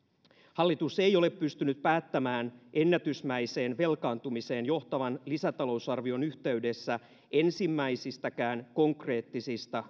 hallitus ei ole pystynyt päättämään ennätysmäiseen velkaantumiseen johtavan lisätalousarvion yhteydessä ensimmäisistäkään konkreettisista